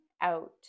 out